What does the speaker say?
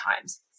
times